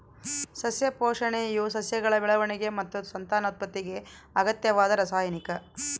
ಸಸ್ಯ ಪೋಷಣೆಯು ಸಸ್ಯಗಳ ಬೆಳವಣಿಗೆ ಮತ್ತು ಸಂತಾನೋತ್ಪತ್ತಿಗೆ ಅಗತ್ಯವಾದ ರಾಸಾಯನಿಕ